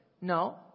No